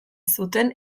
zuten